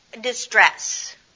distress